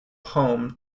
home